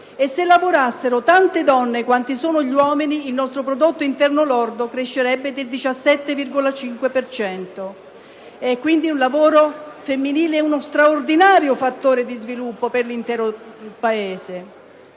Se lavorassero tante donne quanti sono gli uomini, il nostro prodotto interno lordo crescerebbe del 17,5 per cento. Pertanto, il lavoro femminile è uno straordinario fattore di sviluppo per l'intero Paese.